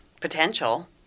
Potential